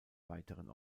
weiteren